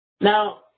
Now